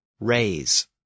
raise